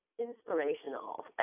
inspirational